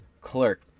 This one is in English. clerk